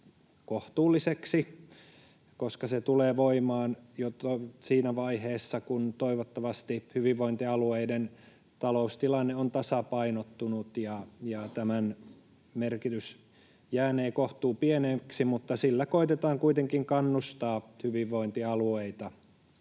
kohtuulliseksi, koska se tulee voimaan siinä vaiheessa, kun toivottavasti hyvinvointialueiden taloustilanne on jo tasapainottunut, eli tämän merkitys jäänee kohtuupieneksi, mutta sillä koetetaan kuitenkin kannustaa hyvinvointialueita